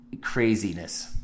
craziness